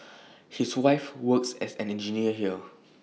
his wife works as an engineer here